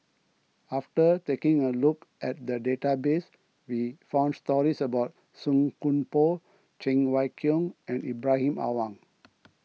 after taking a look at the database we found stories about Song Koon Poh Cheng Wai Keung and Ibrahim Awang